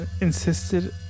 insisted